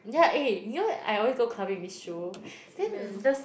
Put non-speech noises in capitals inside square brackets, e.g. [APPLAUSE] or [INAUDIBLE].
ya eh you know I always go clubbing with this shoe [BREATH] then the